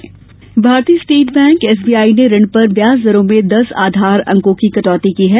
SBI ऋण भारतीय state bank SBI ने ऋण पर व्याज दरों में दस आधार अंकों की कटौती की है